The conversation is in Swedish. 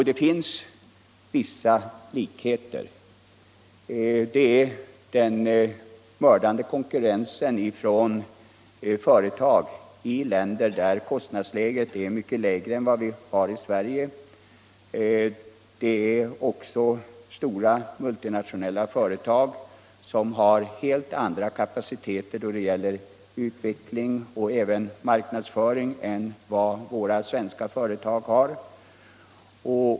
Det finns vissa likheter: Det är den mördande konkurrensen från företag i länder där kostnadsläget är mycket lägre än det vi har i Sverige. Det är också stora multinationella företag, som har helt andra kapaciteter när det gäller utveckling och även marknadsföring än våra svenska företag har.